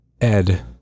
Ed